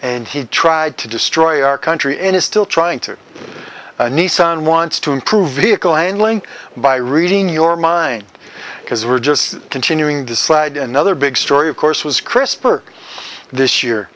and he tried to destroy our country and is still trying to nissan wants to improve vehicle handling by reading your mind because we're just continuing to slide another big story of course was crisper this year